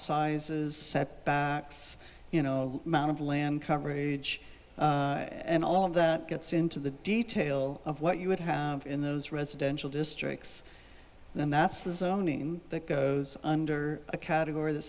sizes setbacks you know mount of land coverage and all of that gets into the detail of what you would have in those residential districts and that's the zoning that goes under the category the